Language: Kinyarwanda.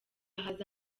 haza